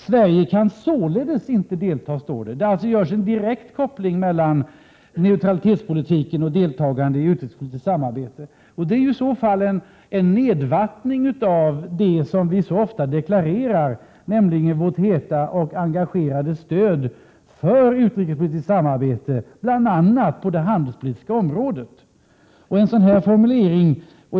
Sverige kan således inte delta i ———.” Det görs alltså en direkt koppling mellan neutralitetspolitiken och deltagande i utrikespolitiskt samarbete. Det är ju i så fall en urvattning av det som vi så ofta deklarerar, nämligen vårt heta och engagerade stöd för utrikespolitiskt samarbete, bl.a. på det handelspolitiska området.